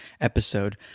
episode